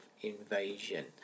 invasion